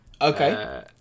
Okay